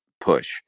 push